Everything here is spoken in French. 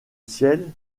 ciel